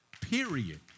period